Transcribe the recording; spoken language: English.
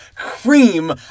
cream